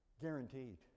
Guaranteed